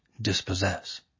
dispossess